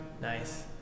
nice